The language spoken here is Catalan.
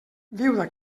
viuda